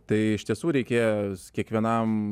tai iš tiesų reikėjo kiekvienam